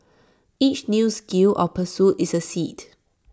each new skill or pursuit is A seed